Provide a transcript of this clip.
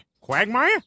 Quagmire